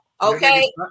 Okay